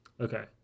Okay